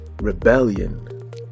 rebellion